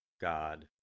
God